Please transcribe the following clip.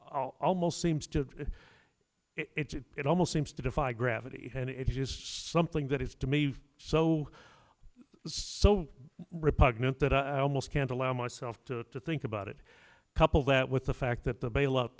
almost seems to it almost seems to defy gravity and it's just something that is to me so it's so repugnant that i almost can't allow myself to think about it couple that with the fact that the bailout